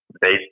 based